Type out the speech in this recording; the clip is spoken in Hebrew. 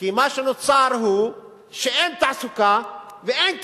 כי מה שנוצר הוא שאין תעסוקה ואין קצבאות.